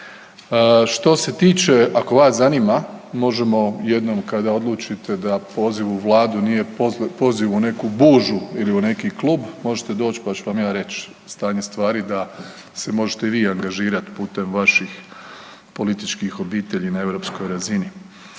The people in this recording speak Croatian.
Što se tiče, ako vas zanima možemo jednom kada odlučite da poziv u vladu nije poziv u neku bužu ili u neki klub možete doć, pa ću vam ja reć stanje stvari da se možete i vi angažirat putem vaših političkih obitelji na europskoj razini.